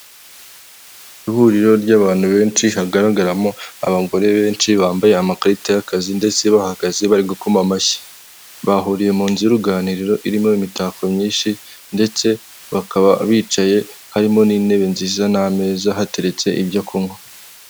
Ihuriro ry'abantu benshi hagaragaramo abagore benshi bambaye amakarita y'akazi ndetse bahagaze bari gukoma amashyi. Bahuriye mu nzu y'uruganiriro irimo imitako myinshi ndetse bakaba bicaye, harimo n'intebe nziza n'ameza, hateretse ibyo kunywa.